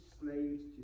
slaves